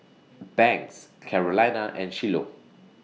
Banks Carolina and Shiloh